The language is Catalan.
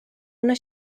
una